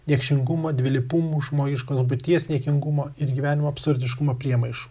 niekšingumo dvilypumų žmogiškos būties niekingumo ir gyvenimo absurdiškumo priemaišų